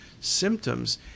symptoms